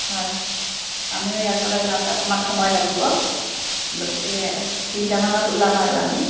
হয় আমিও ইয়াৰ পৰা যাওঁতে অকণ সময় লাগিব গতিকে তিনিটামানত ওলাম আৰু আমি